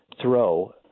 throw